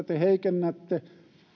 te heikennätte